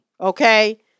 Okay